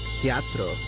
teatro